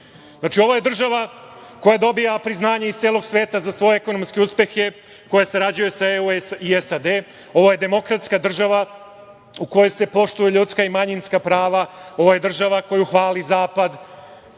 država? Ovo je država koja dobija priznanje iz celog sveta za svoje ekonomske uspehe, koja sarađuje sa EU i SAD. Ovo je demokratska država u kojoj se poštuju ljudska i manjinska prava. Ovo je država koju hvali Zapad.